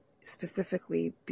specifically